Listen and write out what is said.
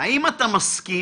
האם אתה מסכים,